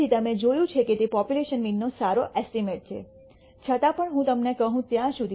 તેથી તમે જોયું છે કે તે પોપ્યુલેશન મીન નો સારો એસ્ટીમેટ છે છતાં પણ હું તમને કહ્યું ત્યાં સુધી